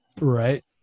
right